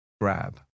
grab